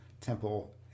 temple